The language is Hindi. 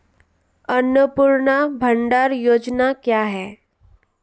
अन्नपूर्णा भंडार योजना क्या है?